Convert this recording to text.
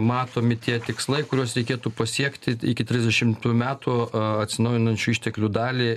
matomi tie tikslai kuriuos reikėtų pasiekti iki trisdešimtųjų metų a atsinaujinančių išteklių dalį